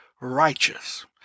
righteous